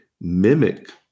mimic